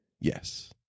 yes